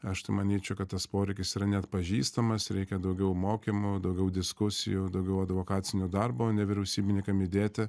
aš tai manyčiau kad tas poreikis yra neatpažįstamas reikia daugiau mokymų daugiau diskusijų daugiau advokacinio darbo nevyriausybininkam įdėti